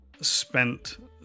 spent